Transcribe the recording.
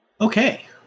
Okay